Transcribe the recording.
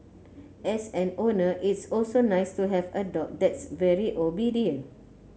as an owner it's also nice to have a dog that's very obedient